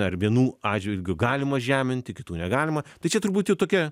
ar vienų atžvilgiu galima žeminti kitų negalima tai čia turbūt jau tokia